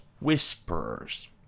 whisperers